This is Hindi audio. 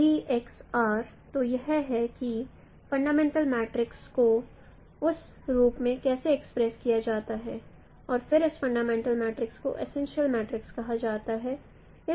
तो यह है कि फंडामेंटल मैट्रिक्स को उस रूप में कैसे एक्सप्रेस किया जाता है और फिर इस फंडामेंटल मैट्रिक्स को एसेंशियल मैट्रिक्स कहा जाता है